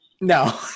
No